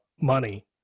money